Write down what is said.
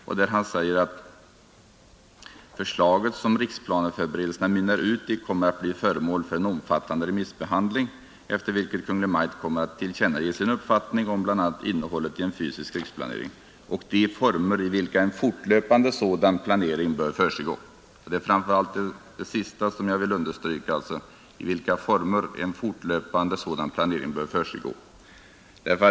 Han säger där att ”de förslag som riksplaneförberedelserna mynnar ut i kommer att bli föremål för en omfattande remissbehandling efter vilken Kungl. Maj:t kommer att tillkännage sin uppfattning om bl.a. innehållet i en fysisk riksplanering och de former i vilka en fortlöpande sådan planering bör försiggå”. Det är framför allt det sista som jag vill understryka — ”de former i vilka en fortlöpande sådan planering bör försiggå”.